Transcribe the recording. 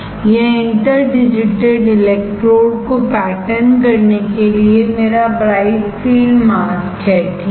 यह interdigitated इलेक्ट्रोडको pattern करने के लिए मेरा ब्राइट फील्ड मास्क है ठीक है